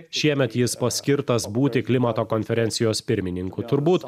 šiemet jis paskirtas būti klimato konferencijos pirmininku turbūt